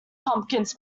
pumpkins